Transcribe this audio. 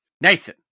Nathan